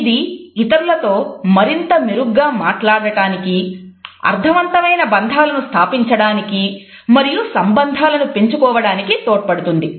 ఇది ఇతరులతో మరింత మెరుగ్గా మాట్లాడటానికి అర్థవంతమైన బంధాలను స్థాపించడానికి మరియు సంబంధాలను పెంచుకోవడానికి తోడ్పడుతుంది